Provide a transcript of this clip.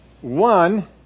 One